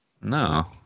No